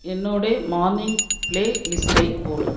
என்னோட morning play லிஸ்ட்டை போடு